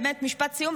באמת משפט סיום,